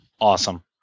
Awesome